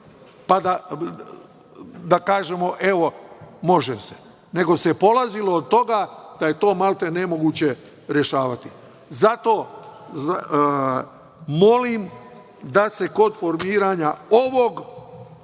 pa da kažemo – evo, može se, nego se polazilo od toga da je to maltene nemoguće rešavati. Zato molim da se kod formiranja ovog